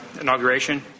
inauguration